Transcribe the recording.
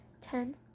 ten